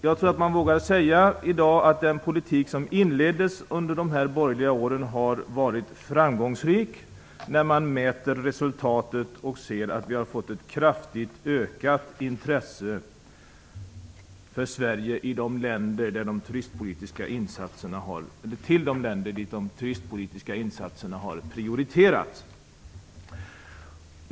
Jag tror att man i dag vågar säga att den politik som inleddes under de borgerliga åren har varit framgångsrik när man mäter resultatet och ser att vi har fått ett kraftigt ökat intresse för Sverige i de länder dit de turistpolitiska insatserna har prioriterats.